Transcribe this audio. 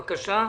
בבקשה.